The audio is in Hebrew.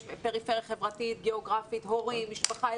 יש פריפריה חברתית, גיאוגרפית, הורים, משפחה.